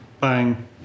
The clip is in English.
bang